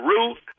Ruth